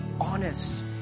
honest